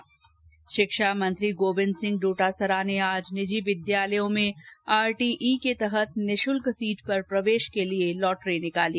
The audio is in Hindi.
्र शिक्षा मंत्री गोविन्द सिंह डोटासरा ने आज निजी विद्यालयों में आरटीई के तहत निःशुल्क सीट पर प्रवेश के लिए लॉटरी निकाली